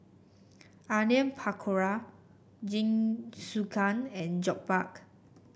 Onion Pakora Jingisukan and Jokbal